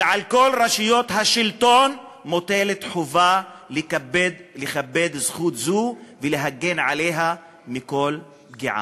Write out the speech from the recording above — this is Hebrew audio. ועל כל רשויות השלטון מוטלת חובה לכבד זכות זו ולהגן עליה מכל פגיעה.